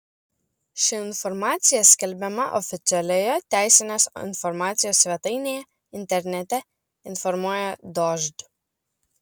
ši informacija skelbiama oficialioje teisinės informacijos svetainėje internete informuoja dožd